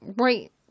right